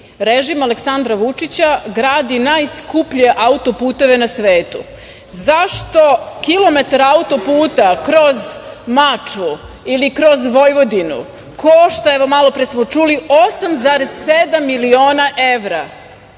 režim Aleksandra Vučića gradi najskuplje auto-puteve na svetu? Zašto kilometar auto-puta kroz Mačvu ili kroz Vojvodinu košta, evo, malopre smo čuli, 8,7 miliona evra?